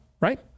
right